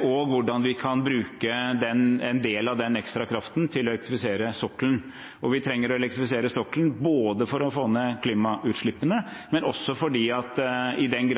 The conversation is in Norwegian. og hvordan vi kan bruke en del av den ekstra kraften til å elektrifisere sokkelen. Vi trenger å elektrifisere sokkelen for å få ned klimautslippene, men også fordi i den